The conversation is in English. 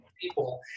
people